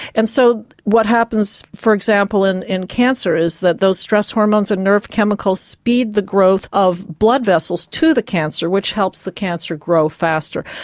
and so what happens for example in in cancer is that those stress hormones and nerve chemicals speed the growth of blood vessels to the cancer, which helps the cancer grow faster.